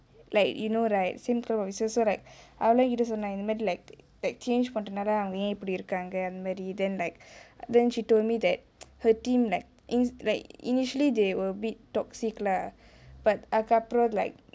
like you know right same club officer so like அவலா என் கிட்டே சொன்னா இந்த மாரி:avalaa en kitae sonna intha maari like like change பண்ணிட்டார்னா அவங்கே என் இப்டி இருக்காங்கே அந்த மாரி:pannitarunaa avangae en ipdi irukangae antha maari then like then she told me that her team like like initially they were a bit toxic lah but அதுக்கு அப்ரோ:athuku apro like